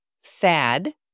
sad